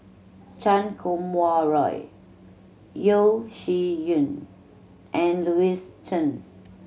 Chan Kum Wah Roy Yeo Shih Yun and Louis Chen